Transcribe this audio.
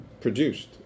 produced